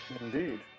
indeed